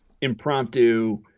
Impromptu